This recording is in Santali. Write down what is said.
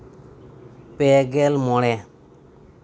ᱯᱮ ᱜᱮᱞ ᱢᱚᱬᱮ